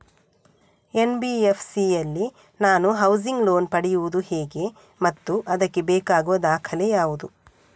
NBFC ಯಲ್ಲಿ ನಾನು housing loan ಪಡೆಯುದು ಹೇಗೆ ಮತ್ತು ಅದಕ್ಕೆ ಬೇಕಾಗುವ ದಾಖಲೆ ಯಾವುದು?